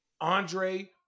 Andre